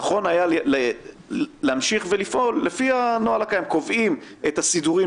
נכון היה להמשיך לפעול לפי הנוהל הקיים קובעים את הסידורים